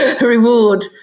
reward